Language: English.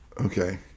Okay